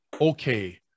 okay